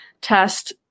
test